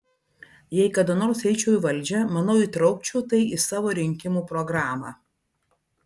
jei kada nors eičiau į valdžią manau įtraukčiau tai į savo rinkimų programą